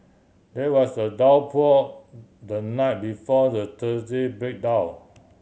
there was a downpour the night before the Thursday breakdown